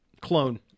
clone